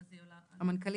כן,